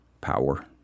power